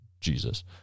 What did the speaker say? Jesus